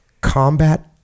combat